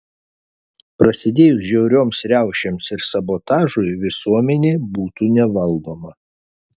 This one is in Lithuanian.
prasidėjus žiaurioms riaušėms ir sabotažui visuomenė būtų nevaldoma